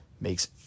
makes